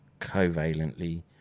covalently